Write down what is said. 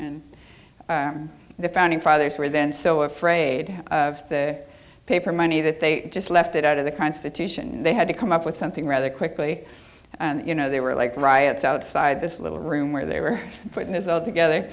and the founding fathers were then so afraid of the paper money that they just left it out of the constitution and they had to come up with something rather quickly you know they were like riots outside this little room where they were putting this all together